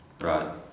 Right